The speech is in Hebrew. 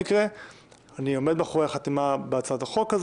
אני עומד מאחורי החתימה בהצעת החוק,